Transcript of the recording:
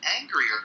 angrier